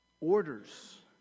orders